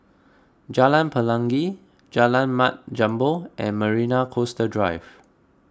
Jalan Pelangi Jalan Mat Jambol and Marina Coastal Drive